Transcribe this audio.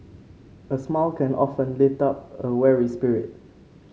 a smile can often lift up a weary spirit